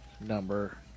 number